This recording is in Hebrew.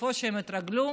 איפה שהם התרגלו?